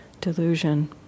delusion